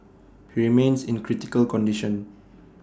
he remains in critical condition